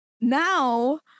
now